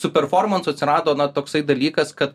su performansu atsirado na toksai dalykas kad